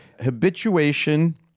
habituation